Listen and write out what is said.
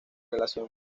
relación